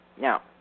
Now